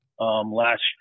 last